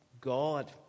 God